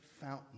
fountain